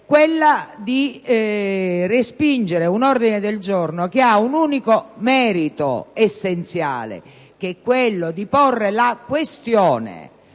quello di respingere un ordine del giorno che ha un unico merito essenziale, ossia porre la questione?